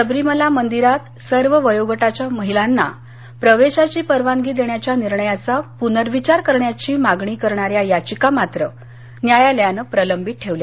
शबरीमला मंदिरात सर्व वयोगटाच्या महिलांना प्रवेशाची परवानगी देण्याच्या निर्णयाचा पूनर्विचार करण्याची मागणी करणाऱ्या याचिका मात्र न्यायालयानं प्रलंबित ठेवल्या